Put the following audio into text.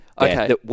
Okay